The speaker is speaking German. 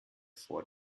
vor